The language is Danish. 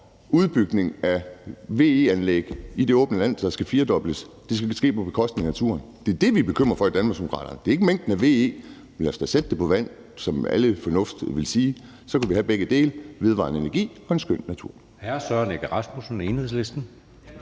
udbygning af VE-anlæg i det åbne land, der skal firedobles, og som skal ske på bekostning af naturen. Det er det, vi i Danmarksdemokraterne er bekymrede for. Det er ikke mængden af VE-anlæg, men lad os da sætte dem op på vandet, som al fornuft tilsiger. Så kan vi have begge dele: vedvarende energi og en skøn natur.